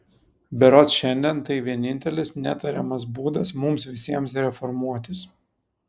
berods šiandien tai vienintelis netariamas būdas mums visiems reformuotis